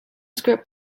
script